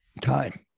time